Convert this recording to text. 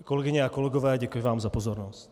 Kolegyně a kolegové, děkuji vám za pozornost.